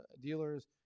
dealers